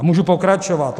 A můžu pokračovat.